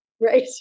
Right